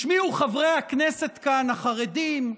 השמיעו חברי הכנסת כאן, החרדים,